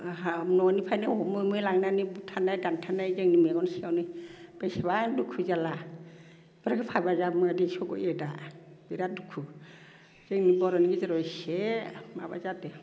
न'निफ्रायनो हमै हमै लांनानै बुथारनाय दानथारनाय जोंनि मेगन सिगाङावनो बेसेबां दुखु जारला इफोरखो भाबियोब्ला मोदैसो गयो दा बिराद दुखु जोंनि बर'नि गेजेराव एसे माबा जादो